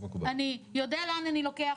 אני יודע לאן אני הולך,